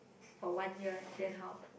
for one year then how